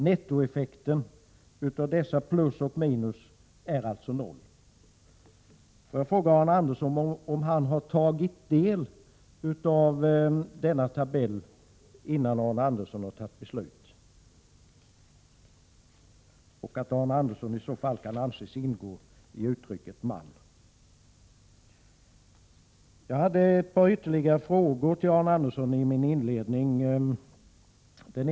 Nettoeffekten utav dessa plusoch minusposter är alltså noll. Jag vill fråga Arne Andersson om han har tagit del av innehållet i denna tabell, innan han har gjort sitt ställningstagande. I så fall kan Arne Andersson anses ingå i det som avses med ”man”. Jag ställde ytterligare ett par frågor till Arne Andersson i mitt inledningsanförande.